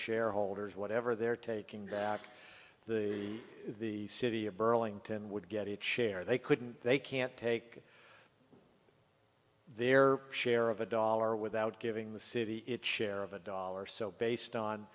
shareholders whatever they're taking back the the city of burlington would get it share they couldn't they can't take their share of a dollar without giving the city its share of a dollar so based on